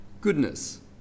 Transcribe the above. goodness